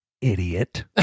Idiot